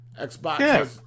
Xbox